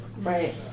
Right